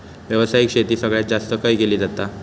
व्यावसायिक शेती सगळ्यात जास्त खय केली जाता?